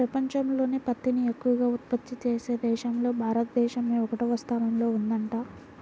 పెపంచంలోనే పత్తిని ఎక్కవగా ఉత్పత్తి చేసే దేశాల్లో భారతదేశమే ఒకటవ స్థానంలో ఉందంట